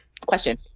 Question